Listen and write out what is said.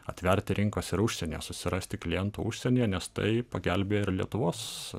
atverti rinkas ir užsienyje susirasti klientų užsienyje nes tai pagelbėja ir lietuvos